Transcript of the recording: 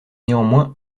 néanmoins